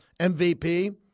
MVP